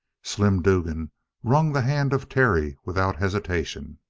slim dugan wrung the hand of terry without hesitation.